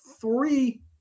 three –